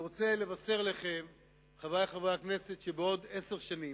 אני רוצה לבשר לכם שבעוד עשר שנים,